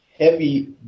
heavy